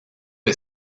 est